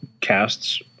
casts